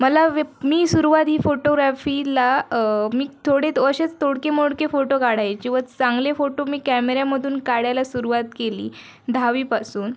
मला विप मी सुरुवात ही फोटोग्रॅफीला मी थोडे तर असेच तोडकेमोडके फोटो काढायचे व चांगले फोटो मी कॅमेऱ्यामधून काढायला सुरुवात केली दहावीपासून